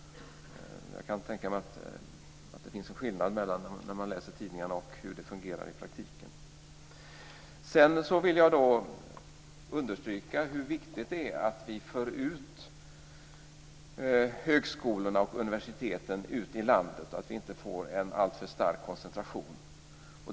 Jag kan tänka mig att det finns en skillnad mellan vad som står i tidningarna och hur det fungerar i praktiken. Jag vill understryka hur viktigt det är att vi för ut högskolorna och universiteten i landet och att vi inte får en alltför stark koncentration.